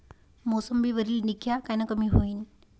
मोसंबीवरील डिक्या कायनं कमी होईल?